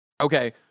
okay